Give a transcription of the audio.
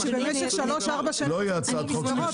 שבמשך שלוש-ארבע שנים --- לא תהיה הצעת חוק ספציפית.